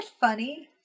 funny